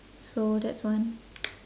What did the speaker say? so that's one